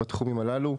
בתחומים הללו.